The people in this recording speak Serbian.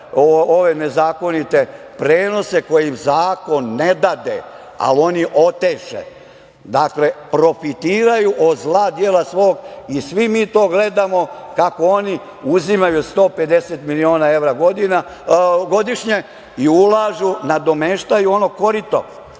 ove nezakonite prenose koje im zakon ne dade, ali oteše. Dakle, profitiraju od zla dijela svog i svi mi to gledamo, kako oni uzimaju 150 miliona evra godišnje i ulažu, nadomeštaju ono korito.